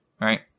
Right